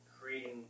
creating